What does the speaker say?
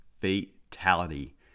fatality